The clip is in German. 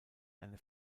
eine